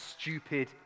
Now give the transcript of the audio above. stupid